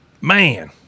Man